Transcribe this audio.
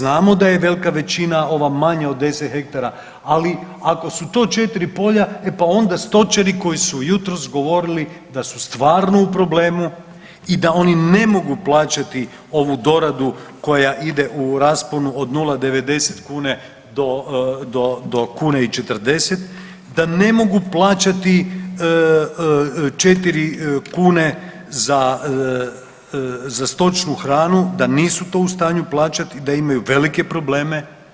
Znamo da je velika većina ova manja od 10 hektara, ali ako su to 4 polja, e pa onda stočari koji su jutros govorili da su stvarno u problemu i da oni ne mogu plaćati ovu doradu koja ide u rasponu od 0,90 kune do kune i 40, da ne mogu plaćati 4 kune za stočnu hranu, da nisu to u stanju plaćati i da imaju velike probleme.